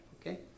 okay